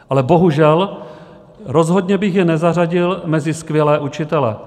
Ale bohužel, rozhodně bych je nezařadil mezi skvělé učitele.